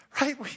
right